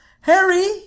Harry